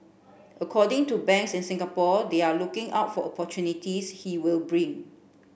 according to banks in Singapore they are looking out for opportunities he will bring